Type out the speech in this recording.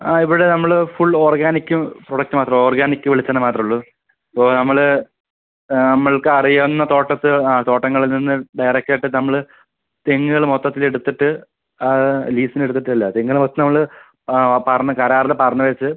ആ ഇവിടെ നമ്മള് ഫുൾ ഓർഗാനിക്ക് പ്രൊഡക്റ്റ് മാത്രമാണ് ഓർഗാനിക്ക് വെളിച്ചെണ്ണ മാത്രമേ ഉള്ളൂ ഓ നമ്മള് നമ്മൾക്ക് അറിയുന്ന തോട്ടത്തിൽ ആ തോട്ടങ്ങളിൽ നിന്ന് ഡയറക്റ്റ് ആയിട്ട് നമ്മള് തെങ്ങുകള് മൊത്തത്തിൽ എടുത്തിട്ട് ആ ലീസിന് എടുത്തിട്ട് അല്ല തെങ്ങുകള് മൊത്തം നമ്മള് ആ പറഞ്ഞ് കരാറില് പറഞ്ഞ് വെച്ച്